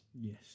Yes